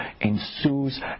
ensues